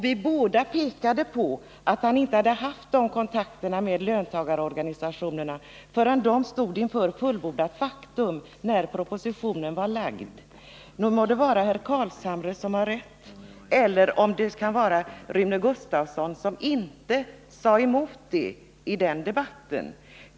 Vi pekade på att han inte haft kontakt med löntagarorganisationerna förrän de stod inför fullbordat faktum, när propositionen var framlagd. Månntro om det är herr Carlshamre som har rätt eller om det är Rune Gustavsson, som inte motsade dessa påståenden i debatten.